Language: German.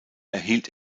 erhielt